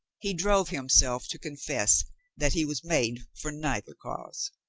he drove himself to confess that he was made for neither cause.